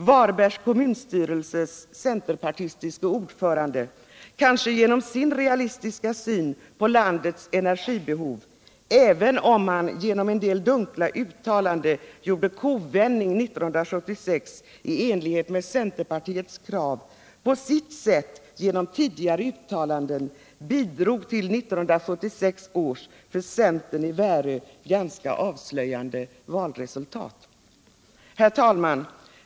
Varbergs kommunstyrelses centerpartistiske ordförande kanske genom sin realistiska syn på landets energibehov, även om han genom en del dunkla uttalanden gjorde kovändning 1976 i enlighet med centerpartiets krav, på sitt sätt genom tidigare uttalanden bidrog till 1976 års för centern i Värö ganska avslöjande valresultat. Herr talman!